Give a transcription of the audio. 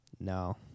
no